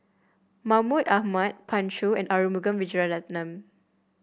Mahmud Ahmad Pan Shou and Arumugam Vijiaratnam